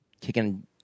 Kicking